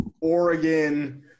oregon